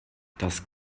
das